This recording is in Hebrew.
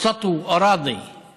(אומר דברים בשפה הערבית,